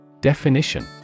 Definition